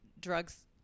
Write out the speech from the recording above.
drugs